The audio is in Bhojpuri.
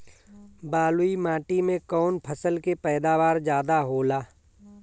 बालुई माटी में कौन फसल के पैदावार ज्यादा होला?